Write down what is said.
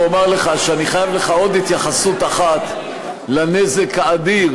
ואומר לך שאני חייב לך עוד התייחסות אחת ביחס לנזק האדיר